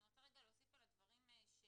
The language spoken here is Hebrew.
אני רוצה להוסיף על הדברים שלך,